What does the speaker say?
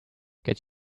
get